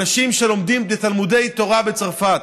אנשים שלומדים בתלמודי תורה בצרפת.